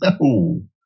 no